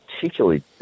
particularly